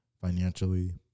financially